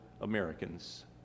Americans